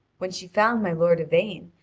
when she found my lord yvain,